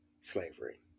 slavery